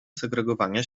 segregowania